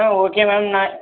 ஆ okay ma'am நான்